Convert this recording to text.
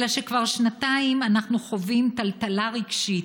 אלא שכבר שנתיים אנחנו חווים טלטלה רגשית.